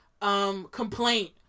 Complaint